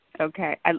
Okay